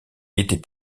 était